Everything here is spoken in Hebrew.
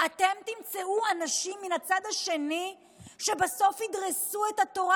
אתם תמצאו אנשים מן הצד השני שבסוף ידרסו את התורה,